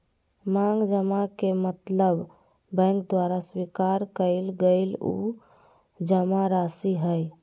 मांग जमा के मतलब बैंक द्वारा स्वीकार कइल गल उ जमाराशि हइ